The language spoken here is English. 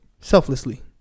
Selflessly